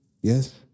Yes